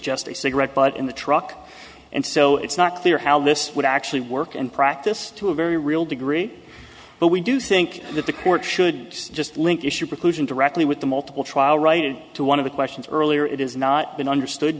just a cigarette butt in the truck and so it's not clear how this would actually work and practice to a very real degree but we do think that the court should just link issue preclusion directly with the multiple trial right in to one of the questions earlier it is not been understood